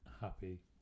happy